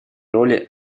роли